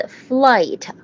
flight